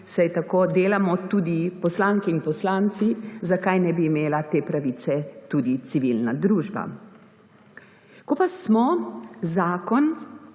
saj tako delamo tudi poslanke in poslanci. Zakaj ne bi imela te pravice tudi civilna družba? Ko pa smo zakon